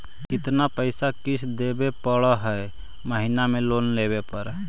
कितना पैसा किस्त देने पड़ है महीना में लोन लेने पर?